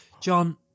John